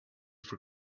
for